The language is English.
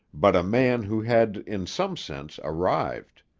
but a man who had, in some sense, arrived.